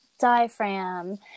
diaphragm